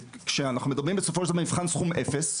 כשאנחנו מדברים בסופו של דבר על משחק סכום אפס,